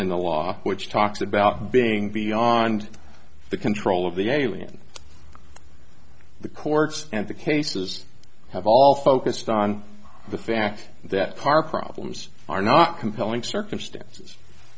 in the law which talks about being beyond the control of the alien the courts and the cases have all focused on the fact that park robins are not compelling circumstances